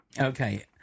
Okay